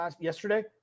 yesterday